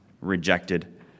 rejected